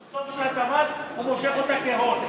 סוף שנת המס, הוא מושך אותה כהון.